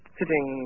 Sitting